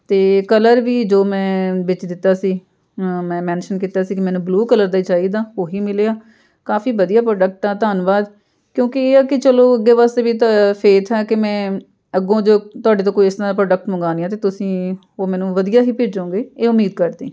ਅਤੇ ਕਲਰ ਵੀ ਜੋ ਮੈਂ ਵਿੱਚ ਦਿੱਤਾ ਸੀ ਮੈਂ ਮੈਨਸ਼ਨ ਕੀਤਾ ਸੀ ਕਿ ਮੈਨੂੰ ਬਲੂ ਕਲਰ ਦਾ ਹੀ ਚਾਹੀਦਾ ਉਹ ਹੀ ਮਿਲਿਆ ਕਾਫ਼ੀ ਵਧੀਆ ਪ੍ਰੋਡਕਟ ਆ ਧੰਨਵਾਦ ਕਿਉਂਕਿ ਇਹ ਆ ਕਿ ਚਲੋ ਅੱਗੇ ਵਾਸਤੇ ਵੀ ਤਾਂ ਫੇਥ ਆ ਕਿ ਮੈਂ ਅੱਗੋਂ ਜੋ ਤੁਹਾਡੇ ਤੋਂ ਕੋਈ ਇਸ ਤਰ੍ਹਾਂ ਦਾ ਪ੍ਰੋਡਕਟ ਮੰਗਾਉਂਦੀ ਆ ਤਾਂ ਤੁਸੀਂ ਉਹ ਮੈਨੂੰ ਵਧੀਆ ਹੀ ਭੇਜੋਗੇ ਇਹ ਉਮੀਦ ਕਰਦੀ